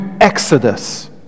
exodus